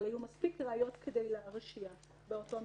אבל היו מספיק ראיות כדי להרשיע באותו מקרה.